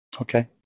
Okay